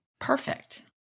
Perfect